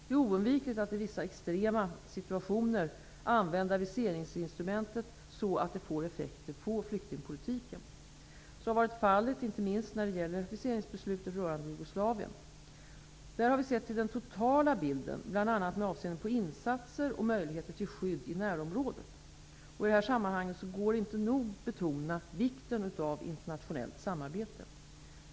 Det är oundvikligt att i vissa extrema situationer använda viseringsinstrumentet så, att det får effekter på flyktingpolitiken. Så har varit fallet inte minst när det gäller viseringsbesluten rörande f.d. Jugoslavien. Där har vi sett till den totala bilden bl.a. med avseende på insatser och möjligheter till skydd i närområdet. I detta sammahang går det inte att nog betona vikten av internationellt samarbete.